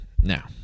now